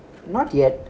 not yet